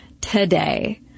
today